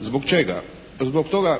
Zbog čega? Zbog toga